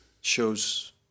shows